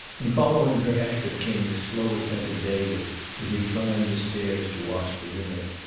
and following her exit came the slow ascent of david as he climbed the stairs to wash for dinner.